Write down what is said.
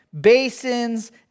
basins